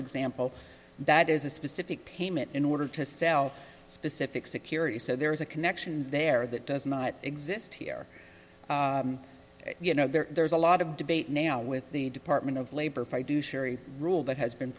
example that is a specific payment in order to sell specific security so there is a connection there that does not exist here you know there's a lot of debate now with the department of labor for i do sherry rule that has been